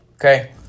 Okay